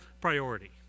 priority